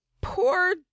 poor